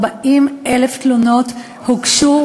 40,000 תלונות הוגשו,